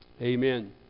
Amen